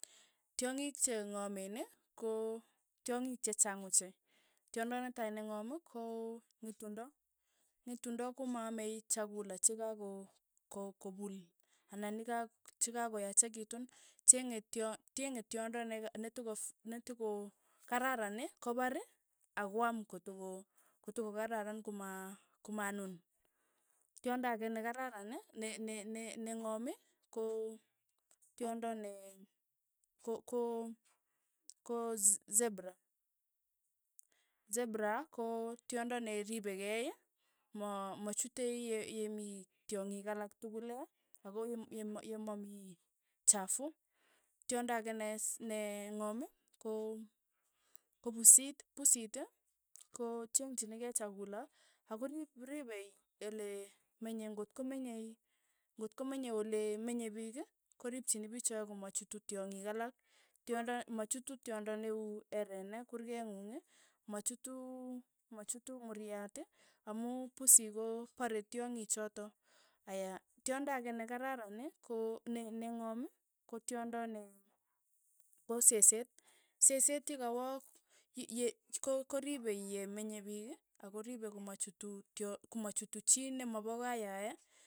Tyong'ik che ng'amen ii ko tyong'ik che chaang ochei, tyondo netai neng'om ii kong'etundo, ng'etundo ko ma ame chakula che ka ko- ko- ko puul, anan nika chikakoyachekitun, chenge tyony, chenge tyondo neka netoko ff netoko kararani kopar, akoam kotoko kotokokararan koma komaanun, tyondo ake nekararan ne- ne- ne neng'oom ii ko tyondo nee ko- ko ko- ko zebra, zebra ko tyondo ne ripekei, machute ye- ye mii tyongik alak tukul ee, ako yem- yem- yemamii chafu, tyondo ake ne- ne ng'om ii ko- ko pusiit, pusiit ko- ko chengchinikei chakula ako rip- ripei ole menyei, ng'ot komenyei ng'ot komenyei ole menye piik, koripchini piicho komachutu tyong'ik alak, tyondo machutu tyondo ne uu ereenet kurke ng'ung, machutu machutu muryat amu pusii kopare tyong'ik chotok, aya, tyondo ake nekararan ne- ne nen'goom ko tyondo ne ko sesset, seseet ye kawa ko- koripei ye menye piik akoripe komachutu tyo komachutu chii nemapa kayae.